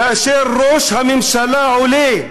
כאשר ראש הממשלה עולה,